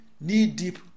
knee-deep